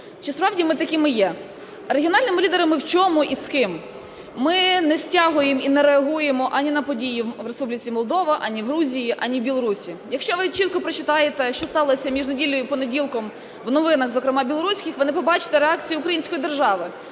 Чи справді ми такими є? Регіональними лідерами в чому і з ким? Ми не стягуємо і не реагуємо ані на події в Республіці Молдова, ані в Грузії, ані в Білорусі. Якщо ви чітко прочитаєте, що сталося між неділею і понеділком в новинах, зокрема білоруських, ви не побачите реакцію української держави.